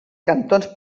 cantons